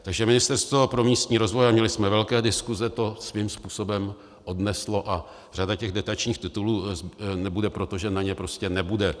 Takže Ministerstvo pro místní rozvoj a měli jsme velké diskuze to svým způsobem odneslo a řada těch dotačních titulů nebude, protože na ně prostě nebude.